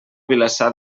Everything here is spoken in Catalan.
vilassar